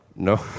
No